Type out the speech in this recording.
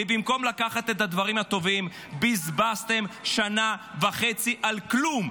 ובמקום לקחת את הדברים הטובים בזבזתם שנה וחצי על כלום.